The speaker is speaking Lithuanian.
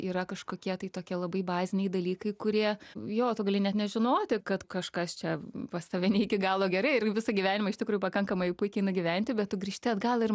yra kažkokie tai tokie labai baziniai dalykai kurie jo tu gali net nežinoti kad kažkas čia pas tave ne iki galo gerai ir visą gyvenimą iš tikrųjų pakankamai puikiai nugyventi bet tu grįžti atgal ir